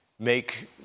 make